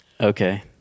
Okay